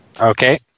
Okay